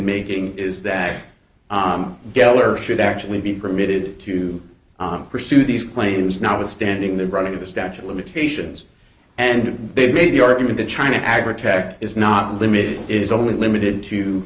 making is that gellar should actually be permitted to pursue these claims notwithstanding the running of the statue of limitations and they've made the argument that china agra track is not limited is only limited to